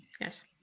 yes